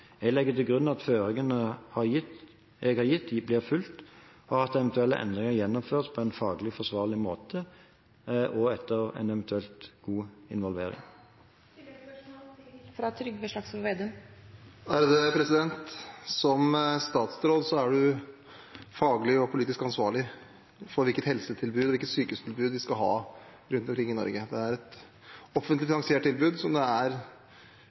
Jeg legger til grunn at føringene jeg har gitt, blir fulgt, og at eventuelle endringer gjennomføres på en faglig forsvarlig måte, etter eventuelt en god involvering. Som statsråd er man faglig og politisk ansvarlig for hvilket helsetilbud og hvilket sykehustilbud vi skal ha rundt omkring i Norge. Det er et offentlig finansiert tilbud, som det til sjuende og sist er